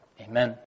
Amen